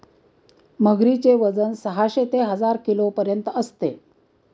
मगरीचे वजन साहशे ते हजार किलोपर्यंत असते